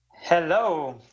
Hello